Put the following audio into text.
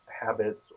habits